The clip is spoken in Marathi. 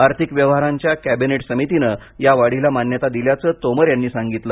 आर्थिक व्यवहारांच्या कबीनेट समितीने या वाढीला मान्यता दिल्याचं तोमर यांनी सांगितलं